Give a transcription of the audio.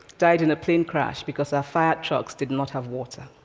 died in a plane crash because our fire trucks did not have water.